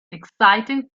exciting